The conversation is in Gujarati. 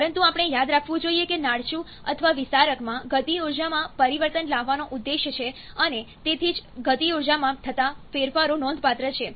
પરંતુ આપણે યાદ રાખવું જોઈએ કે નાળચું અથવા વિસારકમાં ગતિ ઊર્જામાં પરિવર્તન લાવવાનો ઉદ્દેશ્ય છે અને તેથી જ ગતિ ઊર્જામાં થતા ફેરફારો નોંધપાત્ર છે